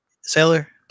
sailor